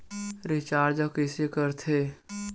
Recharge कइसे कर थे?